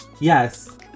yes